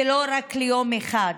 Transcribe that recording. ולו רק ליום אחד,